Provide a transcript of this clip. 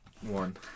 one